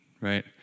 right